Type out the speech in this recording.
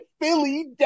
Philly